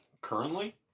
currently